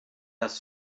das